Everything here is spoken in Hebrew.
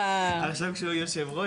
עכשיו כשהוא יושב ראש.